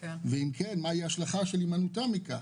ואם כן מה היא ההשלכה של הימנעותם מכך.